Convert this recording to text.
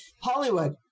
Hollywood